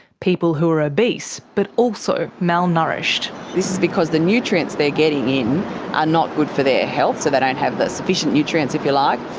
people who are obese but also malnourished. this is because the nutrients they're getting in are not good for their health, so they don't have the sufficient nutrients, if you like,